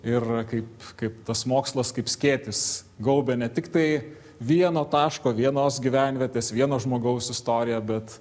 ir kaip kaip tas mokslas kaip skėtis gaubia ne tiktai vieno taško vienos gyvenvietės vieno žmogaus istoriją bet